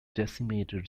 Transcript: decimated